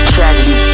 Tragedy